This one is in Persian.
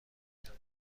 کرد